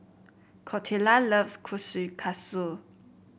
Clotilda loves Kushikatsu